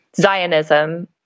Zionism